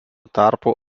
tarpu